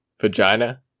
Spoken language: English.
Vagina